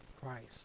Christ